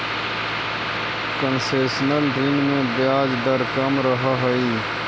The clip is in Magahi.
कंसेशनल ऋण में ब्याज दर कम रहऽ हइ